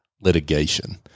litigation